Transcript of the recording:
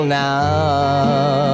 now